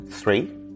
Three